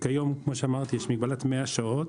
כיום, כמו שאמרתי, יש מגבלת 100 שעות,